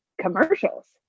commercials